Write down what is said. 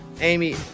Amy